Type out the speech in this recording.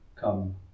come